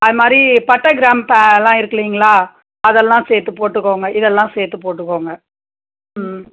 அதுமாதிரி பட்டை கிராம்பெல்லாம் இருக்குது இல்லைங்களா அதெல்லாம் சேர்த்து போட்டுக்கோங்க இதெல்லாம் சேர்த்து போட்டுக்கோங்க